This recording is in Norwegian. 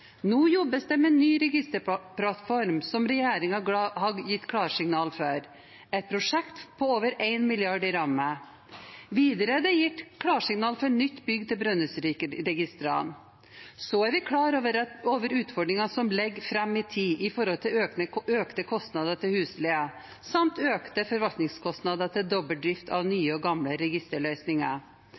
Nå jobbes det med ny registerplattform, som regjeringen har gitt klarsignal for – et prosjekt på over 1 mrd. kr i ramme. Videre er det gitt klarsignal til nytt bygg til Brønnøysundregistrene. Så er vi klar over utfordringene som ligger fram i tid når det gjelder økte kostnader til husleie samt økte forvaltningskostnader til dobbel drift av nye og gamle registerløsninger.